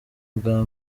bwa